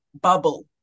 bubble